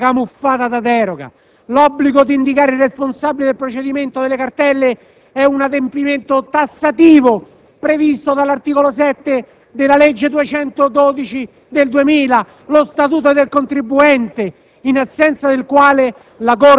Si tratta di una sanatoria retroattiva camuffata da deroga. L'obbligo di indicare il responsabile del procedimento nelle cartelle è un adempimento tassativo, previsto dall'articolo 7 della legge n. 212 del 2000, lo statuto del contribuente,